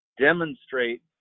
demonstrate